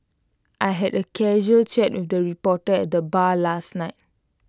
I had A casual chat with A reporter at the bar last night